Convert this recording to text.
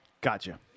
Gotcha